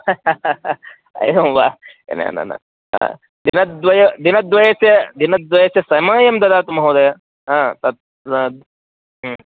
एवं वा न न न दिनद्वयस्य दिनद्वयस्य दिनद्वयस्य समयं ददातु महोदय हा तत्